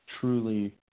truly